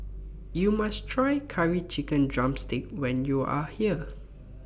YOU must Try Curry Chicken Drumstick when YOU Are here